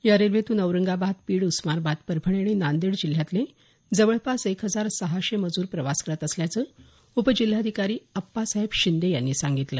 या रेल्वेतून औरंगाबाद बीड उस्मानाबाद परभणी आणि नांदेड जिल्ह्यातले जवळपास एक हजार सहाशे मजूर प्रवास करत असल्याचं उपजिल्हाधिकारी अप्पासाहेब शिंदे यांनी सांगितलं